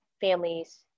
families